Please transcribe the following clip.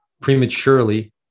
prematurely